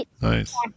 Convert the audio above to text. Nice